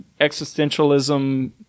existentialism